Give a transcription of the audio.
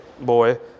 boy